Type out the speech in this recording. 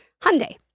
Hyundai